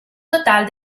total